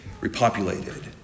repopulated